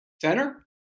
Center